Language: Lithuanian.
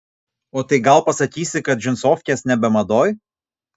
o tai gal pasakysi kad džinsofkės nebe madoj